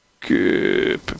good